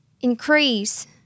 Increase